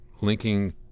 linking